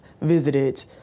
visited